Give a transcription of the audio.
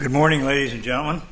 good morning ladies and gentlemen